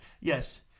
Yes